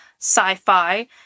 sci-fi